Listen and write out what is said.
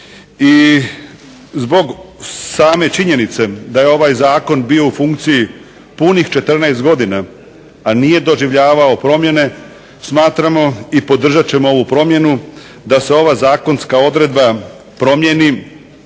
i zbog same činjenice da je ovaj zakon bio u funkciji punih 14 godina, a nije doživljavao promjene, smatramo i podržat ćemo ovu promjenu da se ova zakonska odredba promijeni